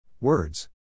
Words